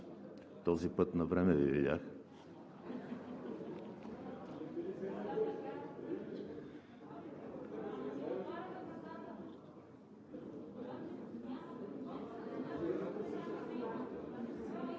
Този път навреме Ви видях.